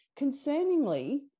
concerningly